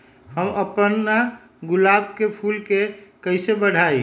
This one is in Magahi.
हम अपना गुलाब के फूल के कईसे बढ़ाई?